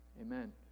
Amen